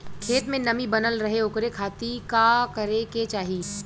खेत में नमी बनल रहे ओकरे खाती का करे के चाही?